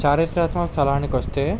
చారిత్రాత్మక స్థలానికి వస్తే